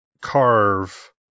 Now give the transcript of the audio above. carve